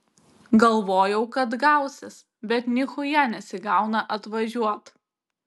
galvojau kad gausis bet nichuja nesigauna atvažiuot